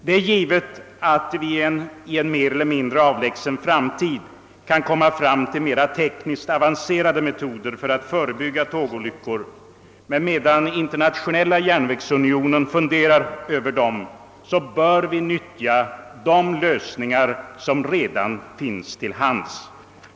Det är givet att vi i en mer eller mindre avlägsen framtid kan komma fram till mera tekniskt avancerade metoder för att förebygga tågolyckor, men medan Internationella järnvägsunionen funderar över dem bör vi utnyttja de lösningar som redan finns till hands.